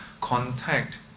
contact